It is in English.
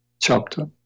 chapter